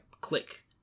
click